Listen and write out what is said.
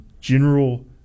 general